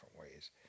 ways